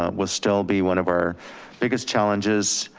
um will still be one of our biggest challenges.